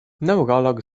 neurolog